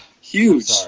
Huge